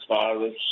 virus